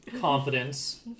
confidence